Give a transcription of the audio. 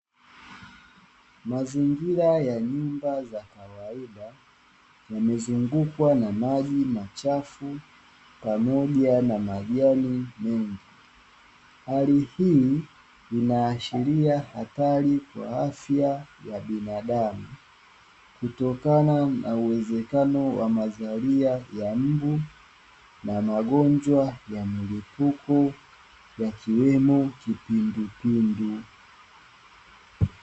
Mazingira ya nyumba za kawaida yamezungukwa na maji machafu pamoja na majani mengi. Hali hii inaashiria hatari kwa afya ya binadamu itokana na uwezokano wa mazalia ya mbu na magonjwa ya mlipuko yakiwemo kipindupindu.